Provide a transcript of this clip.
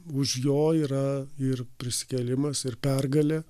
už jo yra ir prisikėlimas ir pergalė